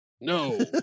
no